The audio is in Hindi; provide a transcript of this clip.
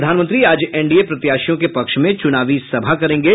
प्रधानमंत्री एनडीए प्रत्याशियों के पक्ष में चुनावी सभा करेंगे